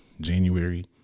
January